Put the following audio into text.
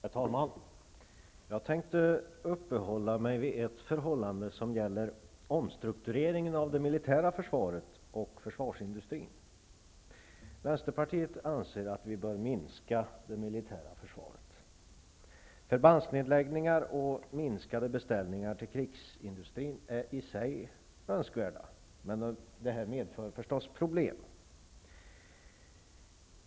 Herr talman! Jag tänkte uppehålla mig vid ett förhållande som gäller omstruktureringen av det militära försvaret och försvarsindustrin. Vänsterpartiet anser att vi bör minska det militära försvaret. Förbandsnedläggningar och minskade beställningar till krigsindustrin är i sig önskvärda, men det medför naturligtvis problem.